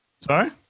Sorry